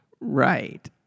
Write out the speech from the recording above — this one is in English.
Right